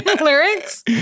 lyrics